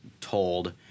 told